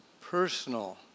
personal